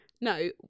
No